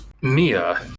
Mia